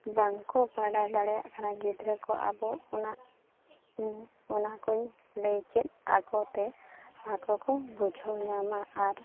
ᱵᱟᱝᱠᱚ ᱵᱟᱲᱟᱭ ᱫᱟᱲᱮᱭᱟᱜ ᱠᱟᱱᱟ ᱜᱤᱫᱽᱨᱟᱹᱠᱚ ᱟᱵᱚ ᱚᱱᱟ ᱤᱧ ᱚᱱᱟᱠᱚᱧ ᱞᱟᱹᱭ ᱪᱮᱫ ᱟᱠᱚᱛᱮ ᱟᱠᱚ ᱠᱚ ᱵᱩᱡᱷᱟᱹᱣ ᱧᱟᱢᱟ ᱟᱨ